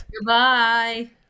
Goodbye